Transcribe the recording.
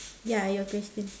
ya your question